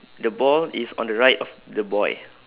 the ball is on the right of the boy